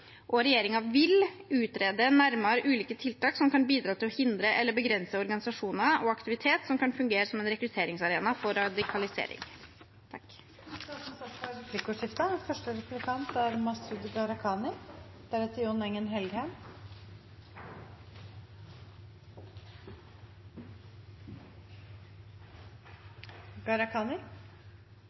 og regjeringen vil utrede nærmere ulike tiltak som kan bidra til å hindre eller begrense organisasjoner og aktivitet som kan fungere som en rekrutteringsarena for radikalisering. Det blir replikkordskifte. Norge handler om et fellesskap der vi stiller opp for